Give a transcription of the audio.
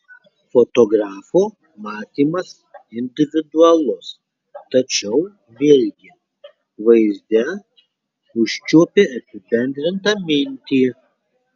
fotografo matymas individualus tačiau vėlgi vaizde užčiuopi apibendrintą mintį